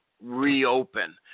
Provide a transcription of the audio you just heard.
reopen